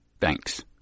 Thanks